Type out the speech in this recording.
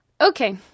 Okay